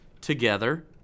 together